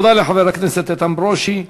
תודה לחבר הכנסת איתן ברושי.